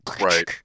Right